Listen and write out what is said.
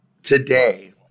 today